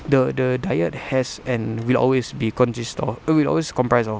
the the diet has and will always be consist of err will always comprise of